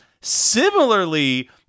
Similarly